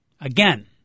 Again